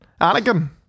Anakin